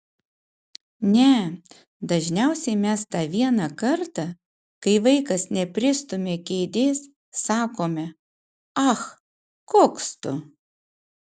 ne dažniausiai mes tą vieną kartą kai vaikas nepristumia kėdės sakome ach koks tu